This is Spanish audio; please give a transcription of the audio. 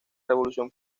revolución